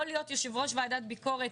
לא להיות יושב-ראש ועדת ביקורת.